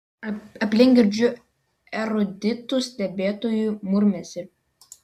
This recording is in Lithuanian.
aplink girdžiu eruditų stebėtojų murmesį